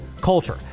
culture